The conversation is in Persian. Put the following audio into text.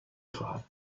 خواهد